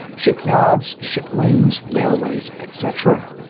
shipyards, ship-lines, railways, etc.